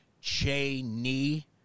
Cheney